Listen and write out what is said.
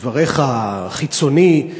כדבריך חיצוני,